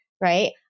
right